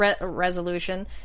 resolution